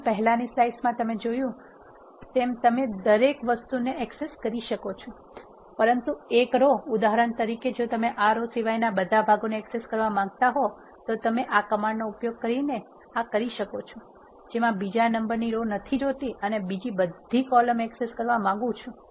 આની પહેલાંની સ્લાઇડ્સમાં તમે જોયું તેમ તમે દરેક વસ્તુને એક્સેસ કરી શકો છો પરંતુ એક રો ઉદાહરણ તરીકે જો તમે આ રો સિવાયના બધા ભાગોને એક્સેસ કરવા માંગતા હો તો તમે આ કમાન્ડ નો ઉપયોગ કરીને આ કરી શકો છો જેમાં બીજા નંબર ની રો નથી જોઇતી અને બીજી બધી કોલમ એક્સેસ કરવા માંગુ છુ